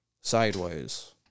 Sideways